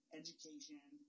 education